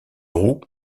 roues